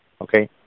okay